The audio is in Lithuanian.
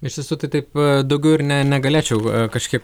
iš tiesų tai taip daugiau ir ne negalėčiau kažkiek